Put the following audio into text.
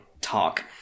talk